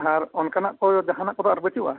ᱟᱨ ᱚᱱᱠᱟᱱᱟᱜ ᱠᱚ ᱡᱟᱦᱟᱱᱟᱜ ᱠᱚᱫᱚ ᱵᱟᱹᱪᱩᱜᱼᱟ